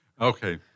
Okay